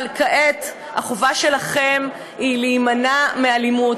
אבל כעת החובה שלכם היא להימנע מאלימות.